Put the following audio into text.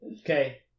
Okay